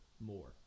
more